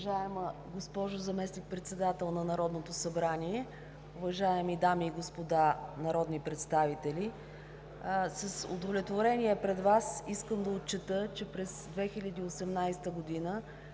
Уважаема госпожо Заместник-председател на Народното събрание, уважаеми дами и господа народни представители! С удовлетворение пред Вас искам да отчета, че през 2018 г.